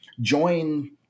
join